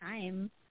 time